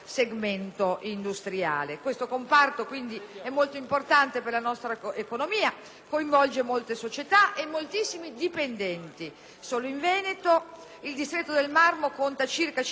coinvolge molte società e moltissimi dipendenti. Solo in Veneto il distretto del marmo conta circa 500 aziende con più di 5.000 addetti, con una presenza forte ed organizzata.